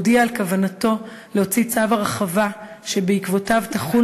הודיע על כוונתו להוציא צו הרחבה שבעקבותיו תחול